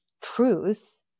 truth